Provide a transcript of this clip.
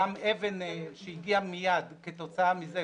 גם אבן שהגיעה מיד כתוצאה מזה,